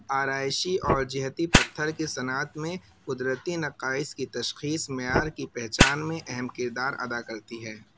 آرائشی اور جہتی پتھر کی صنعت میں قدرتی نقائص کی تشخیص معیار کی پہچان میں اہم کردار ادا کرتی ہے